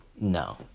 No